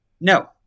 No